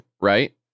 right